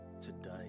today